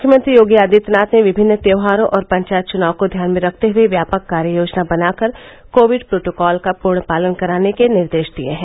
मुख्यमंत्री योगी आदित्यनाथ ने विभिन्न त्यौहारों और पंचायत चुनाव को ध्यान में रखते हुए व्यापक कार्य योजना बना कर कोविड प्रोटोकॉल का पूर्ण पालन कराने के निर्देश दिये हैं